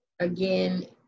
again